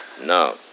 No